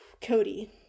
Cody